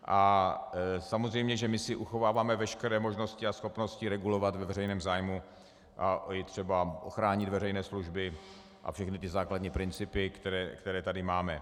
A samozřejmě my si uchováváme veškeré možnosti a schopnosti regulovat ve veřejném zájmu a i třeba ochránit veřejné služby a všechny ty základní principy, které tady máme.